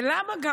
וגם למה?